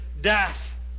death